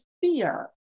fear